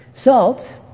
salt